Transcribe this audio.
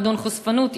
מועדון חשפנות,